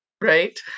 Right